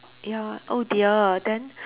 ya oh dear then